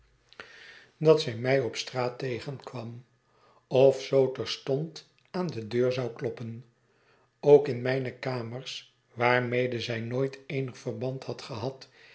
dat zij mij op straat tegenkwam of zoo terstond aan de deur zou kloppen ook in mijne kamers waarmede zij nooit eenig verband had gehad